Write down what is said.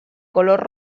color